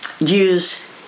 use